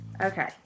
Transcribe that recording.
Okay